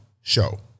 show